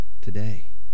today